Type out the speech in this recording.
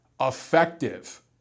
effective